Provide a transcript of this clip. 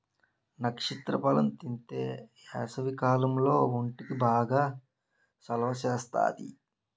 నక్షత్ర ఫలం తింతే ఏసవికాలంలో ఒంటికి బాగా సలవ సేత్తాది